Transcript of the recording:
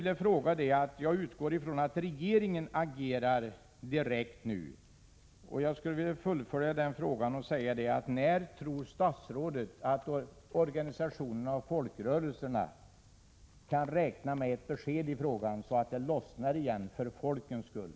Jag utgår ifrån att regeringen agerar direkt, och jag skulle vilja fullfölja med att fråga: När tror statsrådet att organisationer och folkrörelser kan räkna med ett besked i den här frågan, så att det lossnar igen, för folkens skull?